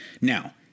now